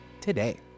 today